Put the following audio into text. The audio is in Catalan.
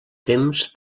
temps